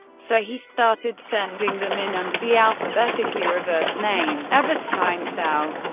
so he started sending them in under the alphabetically reversed name evets kainzow.